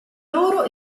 loro